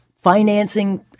financing